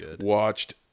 watched